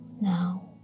now